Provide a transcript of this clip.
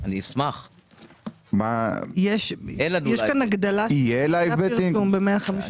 יהיה לייב בטינג?